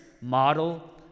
model